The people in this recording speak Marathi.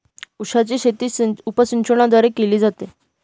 उसाची शेती उपसिंचनाद्वारे केली जाते